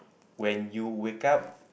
when you wake up